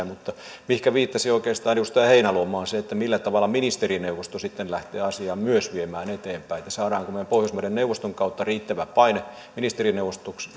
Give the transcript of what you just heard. mutta se mihinkä viittasi oikeastaan edustaja heinäluoma on se millä tavalla ministerineuvosto sitten lähtee asiaa myös viemään eteenpäin saammeko me pohjoismaiden neuvoston kautta riittävän paineen ministerineuvostolle